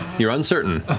you're uncertain.